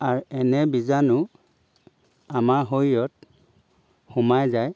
আৰু এনে বীজাণু আমাৰ শৰীৰত সোমাই যায়